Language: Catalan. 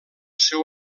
seu